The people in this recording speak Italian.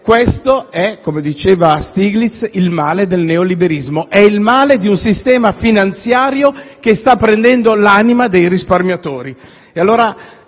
questo è, come diceva Stiglitz, il male del neoliberismo, è il male di un sistema finanziario che sta prendendo l'anima dei risparmiatori. Cari